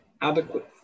adequate